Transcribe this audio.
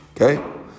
Okay